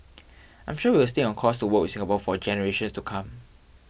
I'm sure we will stay on course to work Singapore for generations to come